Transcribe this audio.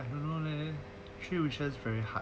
I don't know leh three wishes very hard